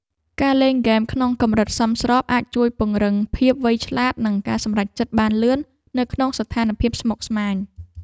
ការលេងហ្គេមក្នុងកម្រិតសមស្របអាចជួយពង្រឹងភាពវៃឆ្លាតនិងការសម្រេចចិត្តបានលឿននៅក្នុងស្ថានភាពស្មុគស្មាញ។